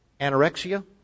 anorexia